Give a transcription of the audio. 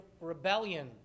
rebellion